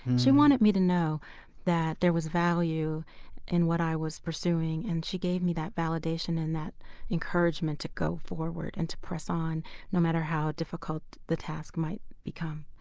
she wanted to me to know that there was value in what i was pursuing and she gave me that validation and that encouragement to go forward and to press on no matter how difficult the task might become.